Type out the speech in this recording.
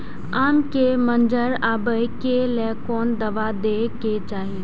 आम के मंजर आबे के लेल कोन दवा दे के चाही?